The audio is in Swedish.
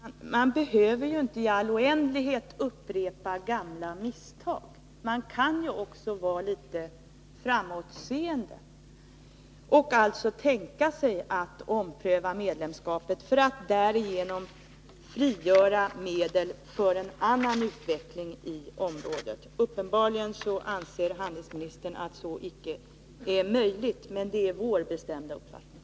Herr talman! Man behöver inte upprepa gamla misstag i all oändlighet! —sratens järnvägar Man kan ju också vara litet framåtseende och ompröva medlemskapet för att, fl. anslag därigenom frigöra medel för en annan utveckling i området. Uppenbarligen anser handelsministern att så icke är möjligt, men det är vår bestämda uppfattning.